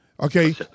Okay